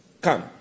come